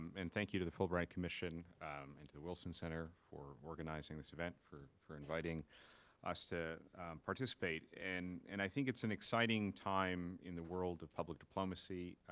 um and thank you to the fulbright commission and to the wilson center for organizing this event, for for inviting us to participate. and and i think it's an exciting time in the world of public diplomacy.